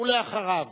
אחריו